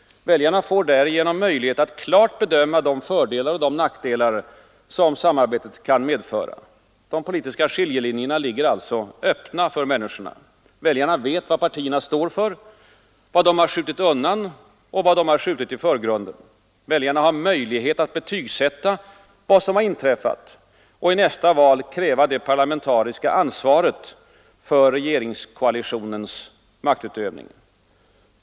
Väljarna får därigenom möjlighet att klart bedöma de fördelar och nackdelar som samarbetet kan medföra. De politiska skiljelinjerna ligger öppna för människorna. Väljarna vet vad partierna står för, vad de har skjutit undan och vad de har skjutit i förgrunden. Väljarna har möjlighet att betygsätta vad som har inträffat och i nästa val kräva det parlamentariska ansvaret för regeringskoalitionens maktutövning.